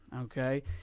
Okay